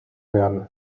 werden